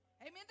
Amen